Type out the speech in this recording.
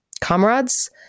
comrades